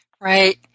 Right